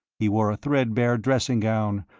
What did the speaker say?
he wore a threadbare dressing gown,